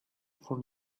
for